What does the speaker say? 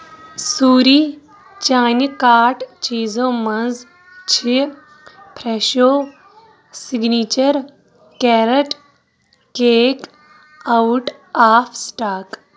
sorry چانہِ cart چیزو مَنٛز چھِ فرٛیٚشو signature carrot cake out of stock